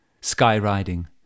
sky-riding